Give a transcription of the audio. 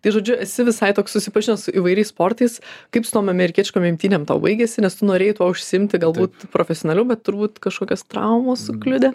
tai žodžiu esi visai toks susipažinęs su įvairiais sportais kaip su tom amerikietiškom imtynėm tau baigėsi nes tu norėjai tuo užsiimti galbūt profesionaliau bet turbūt kažkokios traumos kliudė